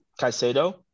Caicedo